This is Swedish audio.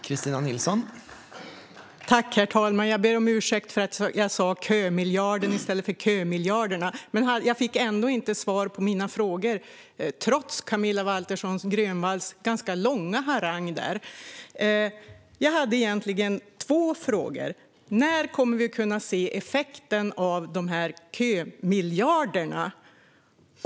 Herr talman! Jag ber om ursäkt för att jag sa kömiljarden i stället för kömiljarderna. Men jag fick inte svar på mina frågor, trots Camilla Waltersson Grönvalls ganska långa harang. Jag hade två frågor: När kommer vi att kunna se effekten av kömiljarderna?